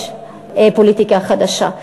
יש פוליטיקה חדשה.